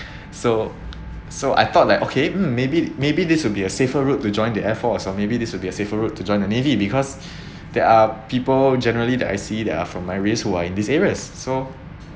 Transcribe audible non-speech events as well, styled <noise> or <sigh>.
so so I thought like okay mm maybe maybe this will be a safer route to join the air force or maybe this will be a safer route to join the navy because <breath> there are people generally that I see that are from my race who are in these areas so